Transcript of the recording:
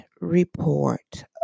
report